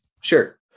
sure